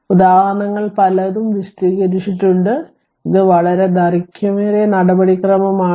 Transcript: അതിനാൽ ഉദാഹരണങ്ങൾ പലരും വിശദീകരിച്ചിട്ടുണ്ട് ഇത് വളരെ ദൈർഘ്യമേറിയ നടപടിക്രമമാണ്